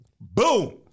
Boom